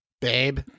babe